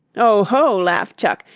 oho! laughed chuck.